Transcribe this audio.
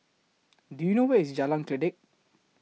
Do YOU know Where IS Jalan Kledek